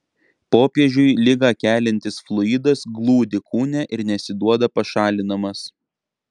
popiežiui ligą keliantis fluidas glūdi kūne ir nesiduoda pašalinamas